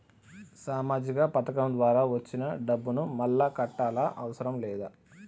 సామాజిక పథకం ద్వారా వచ్చిన డబ్బును మళ్ళా కట్టాలా అవసరం లేదా?